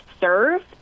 serve